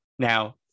Now